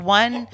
one